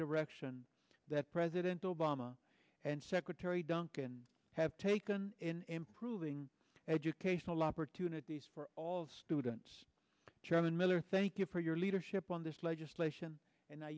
direction that president obama and secretary duncan have taken in improving educational opportunities for all students chairman miller thank you for your leadership on this legislation and